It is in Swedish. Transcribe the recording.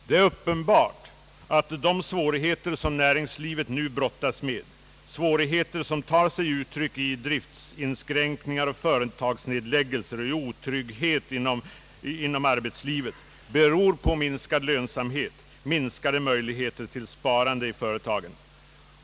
Det är uppenbart att de svårigheter som näringslivet nu brottas med, svårigheter som tar sig uttryck i driftsinskränkningar och företagsnedläggelser och i otrygghet inom arbetslivet, beror på minskad lönsamhet, minskade möjligheter till sparande i företagen.